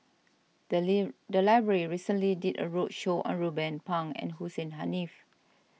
the library recently did a roadshow on Ruben Pang and Hussein Haniff